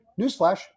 newsflash